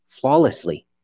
flawlessly